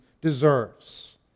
deserves